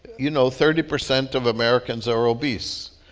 you know, thirty percent of americans are obese.